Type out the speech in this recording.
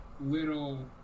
little